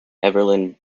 evelyn